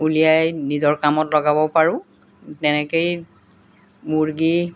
ওলিয়াই নিজৰ কামত লগাব পাৰোঁ তেনেকেই মুৰ্গী